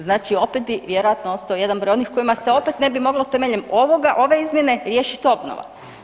Znači, opet bi vjerojatno ostao jedan broj onih kojima se opet ne bi moglo temeljem ove izmjene riješiti obnova.